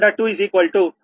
ఇది 𝜆𝜆246